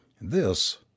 This